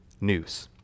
news